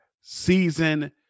season